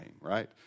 Right